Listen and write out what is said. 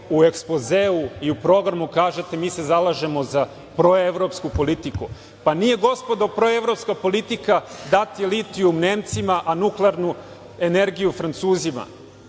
u ekspozeu i u programu kažete - mi se slažemo za proevropsku politiku. Nije, gospodo, proevropska politika dati litijum Nemcima, a nuklearnu energiju Francuzima.